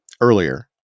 earlier